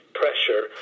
pressure